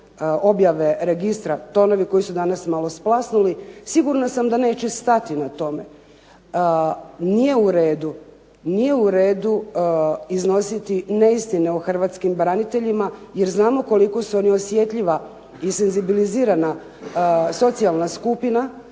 objave registra, tonovi koji su danas malo splasnuli, sigurna sam da neće stati na tome. Nije u redu iznositi neistine o hrvatskim braniteljima, jer znamo koliko su oni osjetljiva i senzibilizirana socijalna skupina,